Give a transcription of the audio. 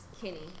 Kenny